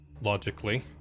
logically